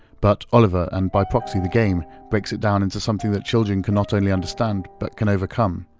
but oliver and by proxy the game breaks it down into something that children can not only understand, but can overcome.